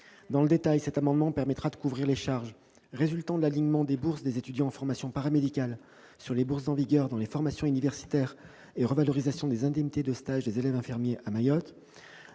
Plus précisément, son adoption permettra de couvrir les charges résultant de l'alignement des bourses des étudiants en formations paramédicales sur les bourses en vigueur dans les formations universitaires et de la revalorisation de l'indemnité de stage des élèves infirmiers à Mayotte.